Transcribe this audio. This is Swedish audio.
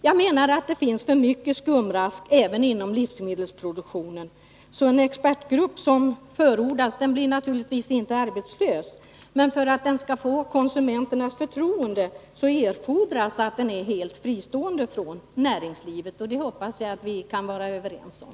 Jag menar att det finns för mycket skumrask även inom livsmedelsproduktionen, och den expertgrupp som förordas blir naturligtvis inte arbetslös. Men för att den skall få konsumenternas förtroende erfordras att den är helt fristående från näringslivet. Det hoppas jag att vi kan vara överens om.